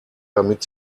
damit